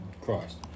Christ